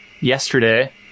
yesterday